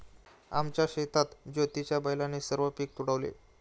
आमच्या शेतात ज्योतीच्या बैलाने सर्व पीक तुडवले